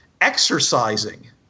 exercising